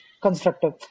constructive